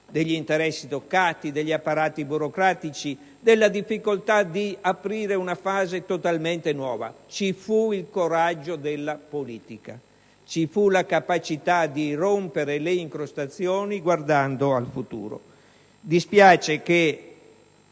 degli interessi toccati, degli apparati burocratici e della difficoltà di aprire una fase totalmente nuova. Ci fu il coraggio della politica, ci fu la capacità di rompere le incrostazioni guardando al futuro. Dispiace che